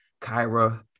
Kyra